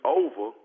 over